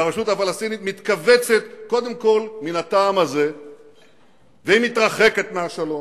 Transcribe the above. והרשות הפלסטינית מתכווצת קודם כול מן הטעם הזה ומתרחקת מהשלום.